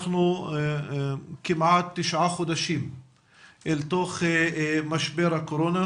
אנחנו כמעט תשעה חודשים אל תוך משבר הקורונה,